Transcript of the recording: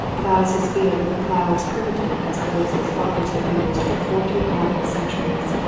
ploughs his field with a plough as primitive as those his fathers have used for forty mortal centuries.